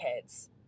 kids